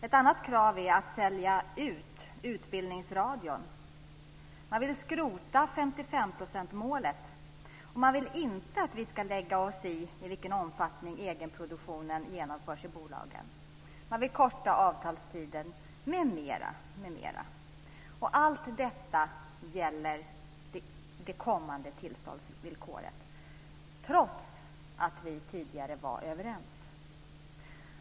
Ett annat krav är att sälja ut Utbildningsradion. Man vill skrota 55 %-målet, och man vill inte att vi ska lägga oss i vilken omfattning egenproduktionen i bolagen ska ha. Man vill också korta avtalstiden m.m. Allt detta gäller det kommande tillståndsvillkoret - trots att vi tidigare var överens.